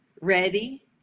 ready